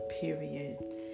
Period